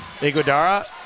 Iguodara